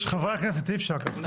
חברי הכנסת, אי אפשר ככה.